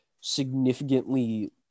significantly